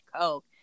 coke